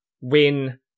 win